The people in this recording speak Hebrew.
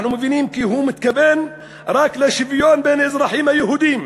אנחנו מבינים כי הוא מתכוון רק לשוויון בין האזרחים היהודים,